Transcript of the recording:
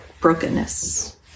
brokenness